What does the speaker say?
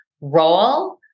role